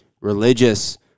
religious